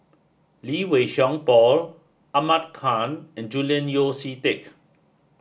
Lee Wei Song Paul Ahmad Khan and Julian Yeo See Teck